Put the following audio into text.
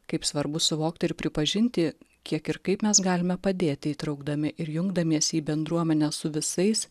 kaip svarbu suvokti ir pripažinti kiek ir kaip mes galime padėti įtraukdami ir jungdamiesi į bendruomenę su visais